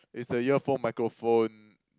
is the earphone microphone